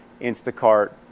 Instacart